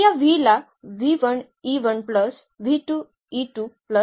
तर या v ला